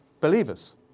believers